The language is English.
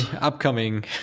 upcoming